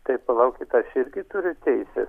tai palaukit aš irgi turiu teises